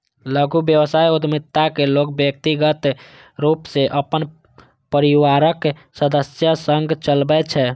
लघु व्यवसाय उद्यमिता कें लोग व्यक्तिगत रूप सं अपन परिवारक सदस्य संग चलबै छै